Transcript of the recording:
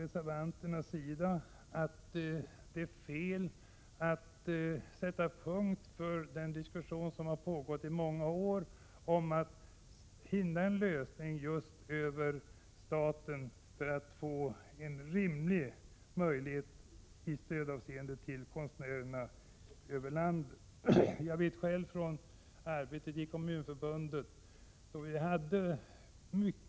Reservanterna anser att det är fel att sätta punkt för den diskussion som pågått i många år i syfte att vi skall finna en lösning som gör det möjligt att med statsmedel ge ett rimligt stöd till konstnärerna i landet. I Kommunförbundet hade vi tidigare mycket långa diskussioner för att söka finna en Prot.